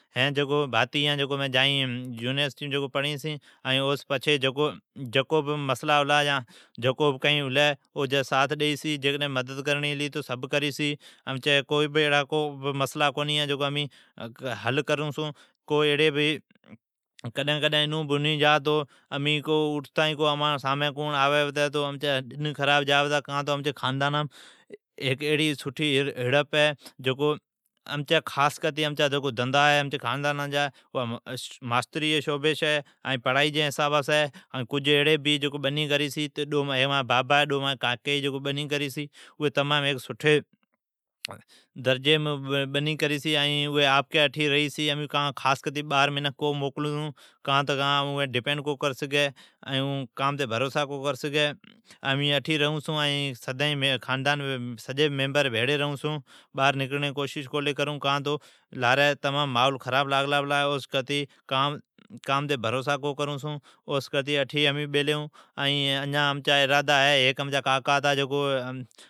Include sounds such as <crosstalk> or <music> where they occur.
ائین اوی جو اگتی جائی تو پولیساڑا آتی جا تو بڑی بھیری ھتی صلا کری، تو آپون جکو پئسی ھی آپون برائون لی ھا فلمی جی اسٹوری ہے۔ پئسی برراوی کونی اوی اگتیی گیتی جائی <hesitation> کیلی تمان ڈونا ھیک حصا ڈیئون اوین کیئی نا امچا الگ الگ حصا ھوی۔ ائین گاڈی بھالی جکار اوی بھائو کیلی امچا ڈونا جا ھیک حصا ھوی۔ او سون <hesitation> کرتی کو کنگی جائی کو کنگی جائی، کانجی گاڈی پینچر ھوی کانجی کئین، <hesitation> کو بسیم چڑی کو کیون، اوان ھیک انڈیا جی ھیک شھر ھوی گوا اٹھو پجڑین ھوی، پچھی ھرکو آپ جا لابھی جکو لابھی او جی ھوی۔ پچھی کو بسیم چڑھی کو کیون، پولیساڑا او بھی جا، او جا بابا ھوی اون بھی خبر پڑتی جا کی ایی پیسا جی چکران جائی پلی۔ اون سیائی پولیساڑا ملی ائین پچھی ھیک صابوڑام کوڑا ریوالا ٹھاوی اون بڑی پیسا جی سڑاوین صابوڑ گڑتی جا چھی، ائین ڈجی رولرام چڑھی کیئی کہ ایس امین پند جائوس تو چھیکی پجونس اوی محنت جام کری چھی ائین اوی جدوجہدیس جائی چھی۔ بڑی او شھرام پجی چھی کو رولرام آوی چھی کو بسیم آوی چھی ائین ھیک پند جتا ھوی ائین ڈیکھڑین تو ھیک،